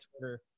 Twitter